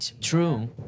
true